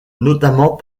notamment